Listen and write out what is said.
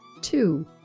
two